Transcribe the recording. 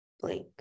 blank